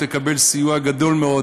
יקבלו סיוע גדול מאוד